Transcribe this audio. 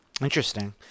interesting